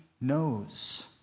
knows